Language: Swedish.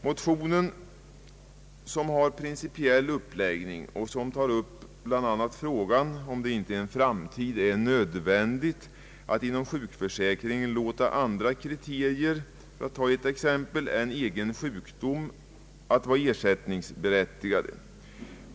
Motionen har en principiell uppläggning och tar bland annat upp frågan om det inte i en framtid är nödvändigt att inom sjukförsäkringen låta andra kriterier än, för att ta ett exempel, egen sjukdom vara ersättningsberättigande.